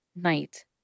night